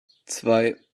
zwei